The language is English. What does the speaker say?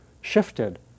shifted